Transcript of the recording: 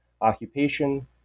occupation